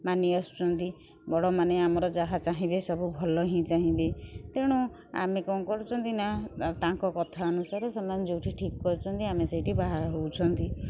ମାନି ଆସୁଛନ୍ତି ବଡ଼ମାନେ ଆମର ଯାହା ଚାହିଁବେ ସବୁ ଭଲ ହିଁ ଚାହିଁବେ ତେଣୁ ଆମେ କଣ କରୁଛନ୍ତି ନା ତାଙ୍କ କଥା ଅନୁସାରେ ସେମାନେ ଯେଉଁଠି ଠିକ୍ କରୁଛନ୍ତି ଆମେ ସେଇଠି ବାହା ହେଉଛନ୍ତି